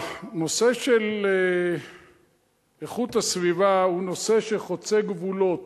הנושא של איכות הסביבה הוא נושא שחוצה גבולות.